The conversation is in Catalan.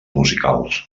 musicals